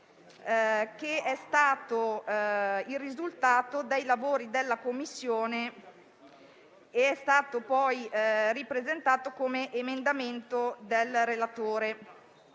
1 è il risultato dei lavori della Commissione ed è stato ripresentato come emendamento del relatore.